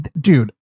dude